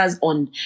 on